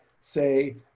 say